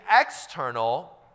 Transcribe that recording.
external